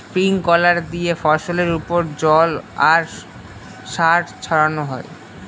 sprinkler দিয়ে ফসলের ওপর জল আর সার ছড়ানো হয়